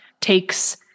takes